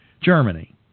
Germany